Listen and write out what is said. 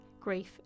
grief